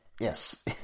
Yes